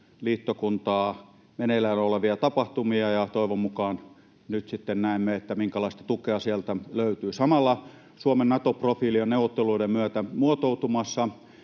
liittokuntaa — meneillään olevia tapahtumia. Toivon mukaan nyt sitten näemme, minkälaista tukea sieltä löytyy. Samalla Suomen Nato-profiili on neuvotteluiden myötä muotoutumassa,